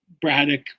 braddock